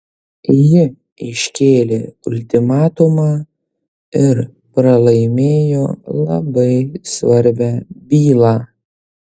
ji iškėlė ultimatumą ir pralaimėjo labai svarbią bylą